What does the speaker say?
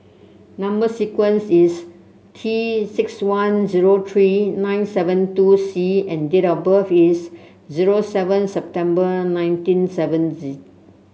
number sequence is T six one zero three nine seven two C and date of birth is zero seven September nineteen seventy